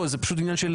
זה פשוט עניין של